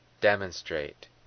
demonstrate